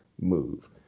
move